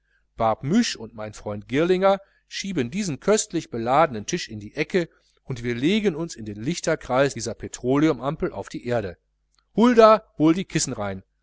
barbemuche und mein freund girlinger schieben diesen köstlich beladenen tisch in die ecke und wir legen uns in den lichtkreis dieser petroleumampel auf die erde hulda hol die kissen rein